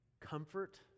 comfort